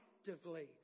actively